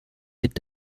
mit